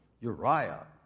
Uriah